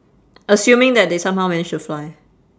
assuming that they somehow manage to fly